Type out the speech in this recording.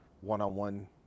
one-on-one